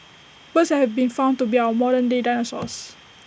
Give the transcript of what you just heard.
birds have been found to be our modern day dinosaurs